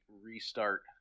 restart